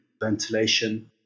ventilation